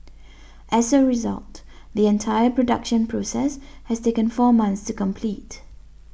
as a result the entire production process has taken four months to complete